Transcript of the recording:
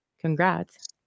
congrats